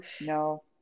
no